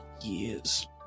years